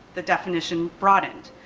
the definition broadened.